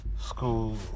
school